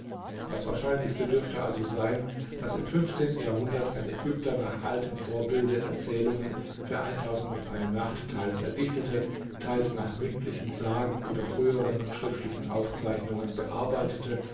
das wahrscheinlichste dürfte also sein daß im fünfzehnten jahrhundert ein ägypter nach altem vorbilde erzählungen für nächte teils erdichtete teils nach mündlichen sagen oder frühern schriftlichen aufzeichnungen bearbeitete